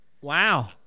Wow